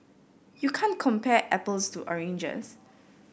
you can't compare apples to oranges